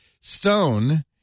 Stone